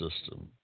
system